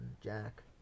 Jack